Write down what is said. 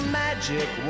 magic